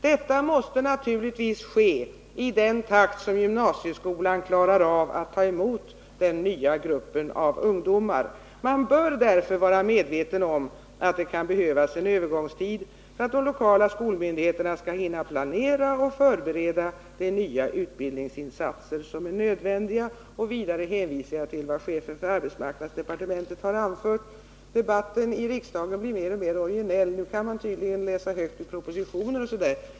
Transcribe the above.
Detta måste naturligtvis ske i den takt som gymnasieskolan klarar av att ta emot den nya gruppen av ungdomar. Man bör därför vara medveten om att det kan behövas en övergångstid för att de lokala skolmyndigheterna skall hinna planera och förbereda de nya utbildningsinsatser som är nödvändiga.” Vidare hänvisar jag till vad chefen för arbetsmarknadsdepartementet har anfört. Debatten i riksdagen blir mer och mer originell. Nu kan man tydligen läsa högt ur propositioner också här.